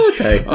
Okay